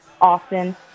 often